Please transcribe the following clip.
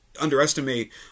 underestimate